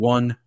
One